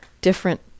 different